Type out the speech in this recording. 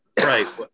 right